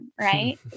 right